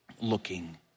looking